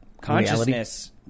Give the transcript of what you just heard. consciousness